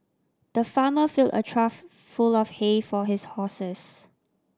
the farmer filled a trough full of hay for his horses